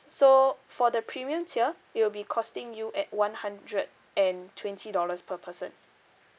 so for the premium tier it'll be costing you at one hundred and twenty dollars per person